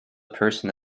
person